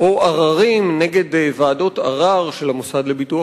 או עררים נגד ועדות ערר של המוסד לביטוח